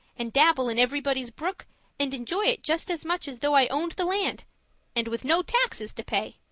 and dabble in everybody's brook and enjoy it just as much as though i owned the land and with no taxes to pay!